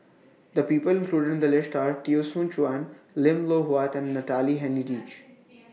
The People included in The list Are Teo Soon Chuan Lim Loh Huat and Natalie Hennedige